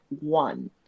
one